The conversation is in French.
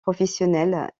professionnelle